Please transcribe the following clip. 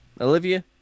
olivia